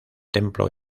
templo